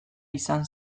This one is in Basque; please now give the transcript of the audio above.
izan